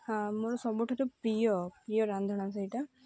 ହଁ ମୋର ସବୁଠାରୁ ପ୍ରିୟ ପ୍ରିୟ ରାନ୍ଧଣା ସେଇଟା